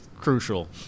crucial